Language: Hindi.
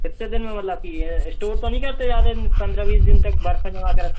कितने दिन की मतलब की स्टोर तो नहीं करते ज़्यादा पंद्रह बीस दिन तक बर्फ में लगाकर रख